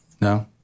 No